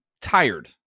tired